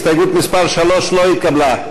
הסתייגות מס' 3 לא התקבלה.